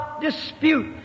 dispute